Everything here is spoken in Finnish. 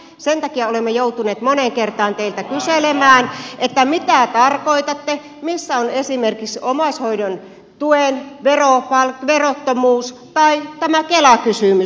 sen takia olemme joutuneet moneen kertaan teiltä kyselemään mitä tarkoitatte missä on esimerkiksi omaishoidon tuen verottomuus tai tämä kela kysymys